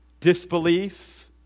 disbelief